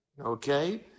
Okay